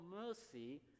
mercy